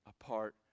Apart